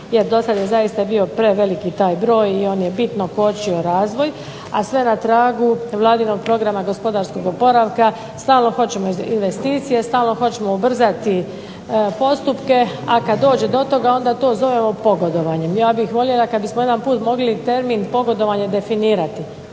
Jer dosad je zaista bio preveliki taj broj i on je bitno kočio razvoj, a sve na tragu Vladinog programa gospodarskog oporavka. Stalno hoćemo investicije, stalno hoćemo ubrzati postupke, a kad dođe do toga onda to zovemo pogodovanjem. Ja bih voljela kad bismo jedan put mogli termin pogodovanje definirati.